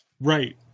Right